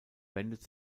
wendet